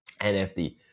NFT